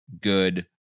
good